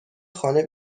خانه